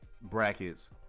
Brackets